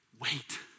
wait